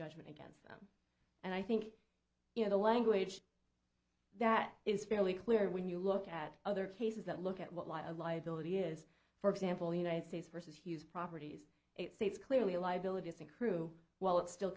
judgment against and i think you know the language that is fairly clear when you look at other cases that look at what a lot of liability is for example united states versus hughes properties it states clearly liabilities and crew while it's still